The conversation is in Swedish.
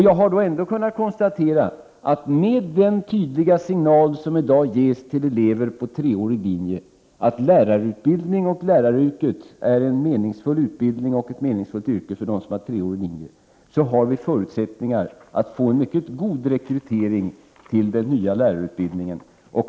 Jag har då kunnat konstatera att med den tydliga signal som i dag ges till elever på treårig linje, att lärarutbildning och läraryrket är en meningsfull utbildning och ett meningsfullt yrke för den som har gått treårig linje, har vi förutsättningar att få en mycket god rekrytering till den nya lärarutbildningen.